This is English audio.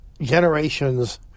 generations